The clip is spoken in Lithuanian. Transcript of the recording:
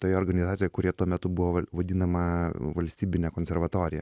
toj organizacijoj kurie tuo metu buvo vadinama valstybine konservatorija